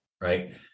Right